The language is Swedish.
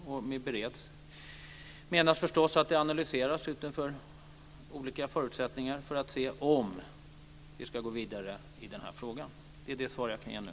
Och med bereds menas förstås att den analyseras utifrån olika förutsättningar för att se om vi ska gå vidare i denna fråga. Det är det svar jag kan ge nu.